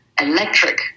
electric